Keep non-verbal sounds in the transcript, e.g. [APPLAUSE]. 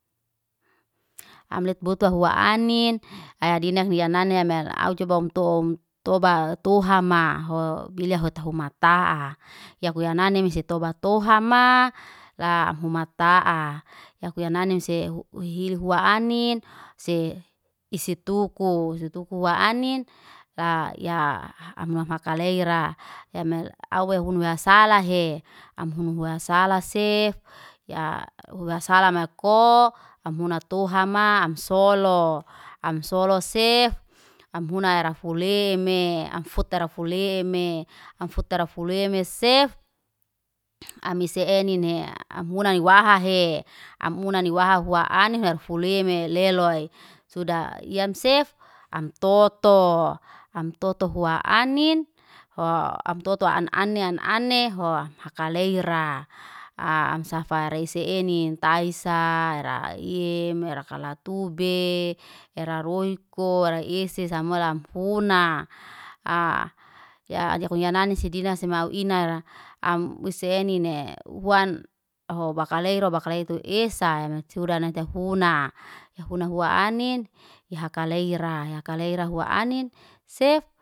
Am let butuwa [NOISE] huwa anin, aya dina miyanani ai me au coba amtom toba toha ma, ho bilya hota huma taa. Ya kuya nani misi toba toha ma, la am huma taa. Ya kuya nani misi hili [HESITATION] huwa anin, se isi tuku. Isi tuku huwa anin, la ya amulah makalaira. Emel awe hunu [NOISE] ya sala he, am hunu huwa sala sef. Ya huwa sala mako. Am huna toha ma, am solo. Am solo sef, am huna erafuleme, am futerafuleme. Am futerafuleme sef, [NOISE] am isi enine, am huna ni waha he. [NOISE] am huna waha hua [NOISE] anin, erafuleme leloy. Suda yam sef, am toto. Am toto huwa [NOISE] anin, ho am toto ane am ane ho hakaleria. Am safa yare isi enine, taisara yaim raka latube, era roiko era isi samua lam funa. [HESITATION] ya nani si dinasi semau inara. Am buse nine. Uhuan ho bakaleiro bakaleiro tu esa. Suda natu funa [NOISE] ya huna hua anin. Ya hakalaria. Ya hakalaria hua anin sef.